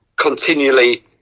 Continually